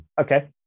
okay